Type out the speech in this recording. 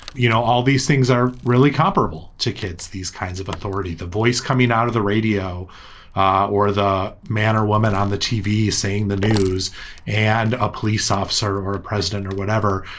you know, all these things are really comparable to kids, these kinds of authority, the voice coming out of the radio or the man or woman on the tv saying the news and a police officer or a president or whatever,